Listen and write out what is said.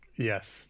Yes